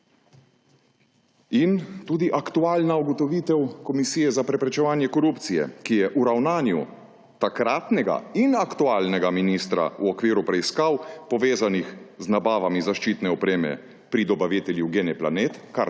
in tudi aktualna ugotovitev Komisije za preprečevanje korupcije, ki je v ravnanju takratnega in aktualnega ministra v okviru preiskav, povezanih z nabavami zaščitne opreme pri dobavitelju GenePlanet, kar